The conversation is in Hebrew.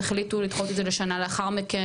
תחליטו לדחות את לשנה לאחר מכן,